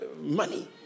money